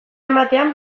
ematean